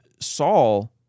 Saul